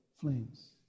flames